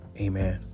Amen